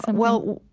and well,